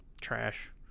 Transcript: trash